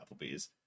Applebee's